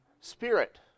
spirit